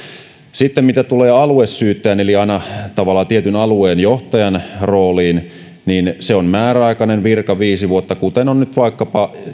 sitten mitä tulee aluesyyttäjän eli aina tavallaan tietyn alueen johtajan rooliin se on määräaikainen virka viisi vuotta kuten on nyt vaikkapa